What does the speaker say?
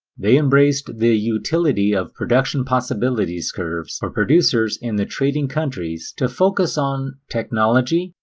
they embraced the utility of production possibilities curves for producers in the trading countries to focus on technology,